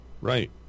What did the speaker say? right